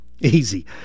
Easy